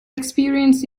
experienced